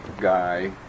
guy